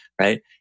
Right